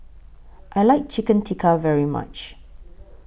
I like Chicken Tikka very much